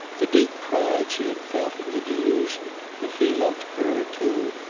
the deep pride she had felt in the delusion that he loved her too,